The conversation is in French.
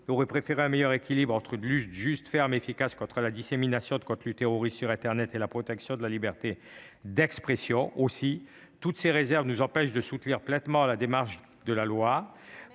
groupe aurait préféré un meilleur équilibre entre une lutte juste, ferme et efficace contre la dissémination des contenus terroristes sur internet et la protection de la liberté d'expression. Aussi, toutes ces réserves nous empêchent de soutenir pleinement la démarche de la loi